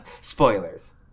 Spoilers